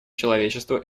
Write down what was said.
человечества